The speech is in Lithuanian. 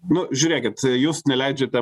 nu žiūrėkit jūs neleidžiate